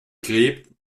gräbt